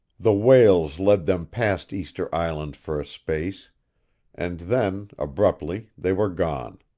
the whales led them past easter island for a space and then, abruptly, they were gone.